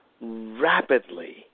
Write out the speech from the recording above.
rapidly